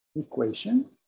equation